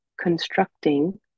constructing